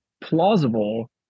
plausible